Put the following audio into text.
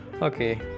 Okay